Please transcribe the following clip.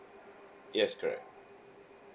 yes correct